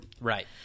Right